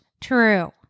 true